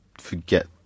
forget